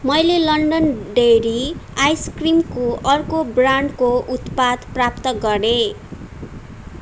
मैले London dairy आइसक्रिमको अर्को ब्रान्डको उत्पाद प्राप्त गरेँ